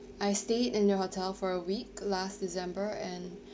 I stayed in your hotel for a week last december and